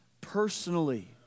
personally